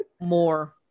more